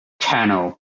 channel